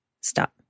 stop